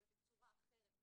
אבל בצורה אחרת,